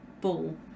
ball